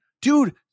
dude